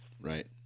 Right